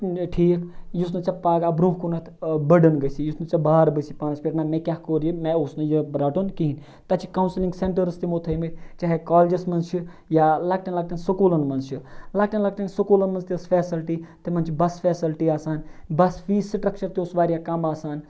ٹھیٖک یُس نہٕ ژےٚ پَگاہ برونٛہہ کُنَتھ بٲڈٕن گٔژھی یُس نہٕ ژےٚ بار گٔژھی پانَس پیٚٹھ نہَ مےٚ کیاہ کوٚر یہِ مےٚ اوس نہٕ یہِ رَٹُن کِہیٖنۍ تَتہِ چھِ کوسٕلِنٛگ سیٚنٹرس تِمو تھٲے مٕتۍ چاہے کالجَس مَنٛز چھِ یا لۄکٹیٚن لۄکٹیٚن سکوٗلَن مَنٛز چھِ لۄکٹیٚن لۄکٹیٚن سکوٗلَن مَنٛزتہِ ٲس فیسَلٹی تِمَن چھِ بَس فیسَلٹی آسان بَس فیٖس سٹرکچَر تہِ اوس واریاہ کَم آسان